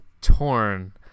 torn